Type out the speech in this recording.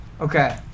Okay